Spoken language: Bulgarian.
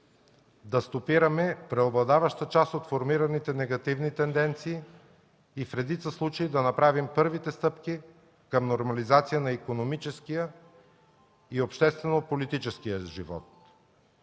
да стопираме преобладаващата част от формираните негативни тенденции и в редица случаи да направим първите стъпки към нормализация на икономическия и обществено-политическия живот.